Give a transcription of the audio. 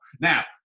Now